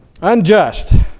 Unjust